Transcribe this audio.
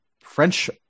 French